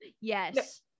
Yes